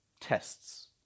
tests